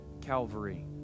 calvary